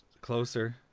closer